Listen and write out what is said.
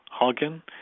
Hagen